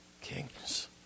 kings